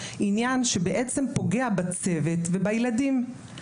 עניין שבעצם פוגע בצוות ובילדים.